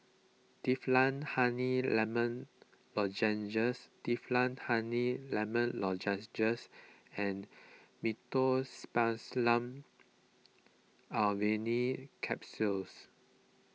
Difflam Honey Lemon Lozenges Difflam Honey Lemon Lozenges and Meteospasmyl Alverine Capsules